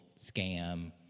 scam